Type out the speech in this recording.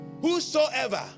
whosoever